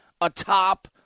atop